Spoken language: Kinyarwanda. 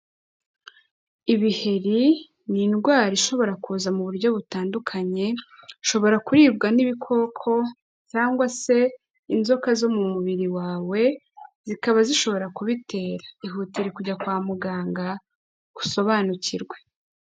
Ibiheri ni indwara ishobora kuza mu buryo butandukanye, ushobora kuribwa n'ibikoko cyangwa se inzoka zo mu mubiri wawe zikaba zishobora kubitera, ihutire kujya kwa muganga usobanukirwe.